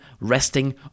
resting